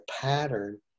pattern